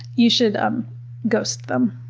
you should um ghost them.